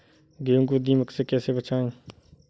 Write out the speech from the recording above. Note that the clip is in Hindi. गेहूँ को दीमक से कैसे बचाएँ?